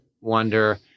wonder